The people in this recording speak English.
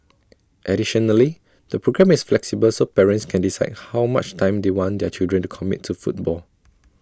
additionally the programme is flexible so parents can decide how much time they want their child to commit to football